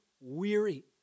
weary